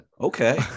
okay